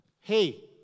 hey